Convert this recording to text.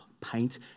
paint